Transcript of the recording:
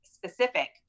Specific